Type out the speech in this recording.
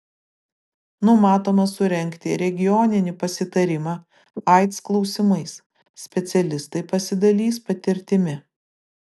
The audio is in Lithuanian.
numatoma surengti regioninį pasitarimą aids klausimais specialistai pasidalys patirtimi